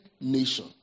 nation